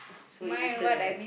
so innocent like that